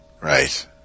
Right